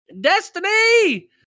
Destiny